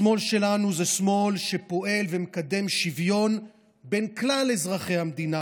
השמאל שלנו זה שמאל שפועל ומקדם שוויון בין כלל אזרחי המדינה